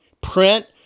print